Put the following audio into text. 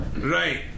Right